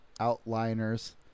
outliners